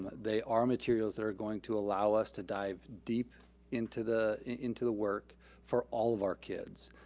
they are materials that are going to allow us to dive deep into the into the work for all of our kids.